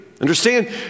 Understand